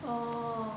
oh